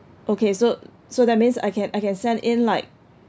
okay so so that means I can I can send in like